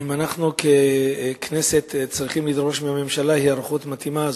אם אנחנו ככנסת צריכים לדרוש מהממשלה היערכות מתאימה,